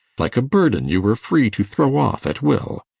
like a burden you were free to throw off at will.